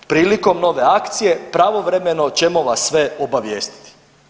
Prilikom nove akcije pravovremeno ćemo vas sve obavijestiti.